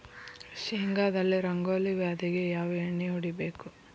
ಶೇಂಗಾದಲ್ಲಿ ರಂಗೋಲಿ ವ್ಯಾಧಿಗೆ ಯಾವ ಎಣ್ಣಿ ಹೊಡಿಬೇಕು?